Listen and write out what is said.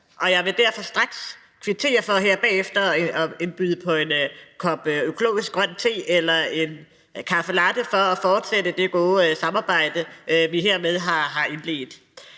Og jeg vil derfor straks kvittere for det ved her bagefter at byde på en kop økologisk grøn te eller en caffe latte for at fortsætte det gode samarbejde, vi hermed har indledt.